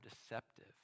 deceptive